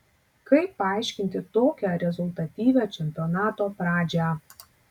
kaip paaiškinti tokią rezultatyvią čempionato pradžią